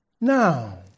now